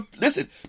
Listen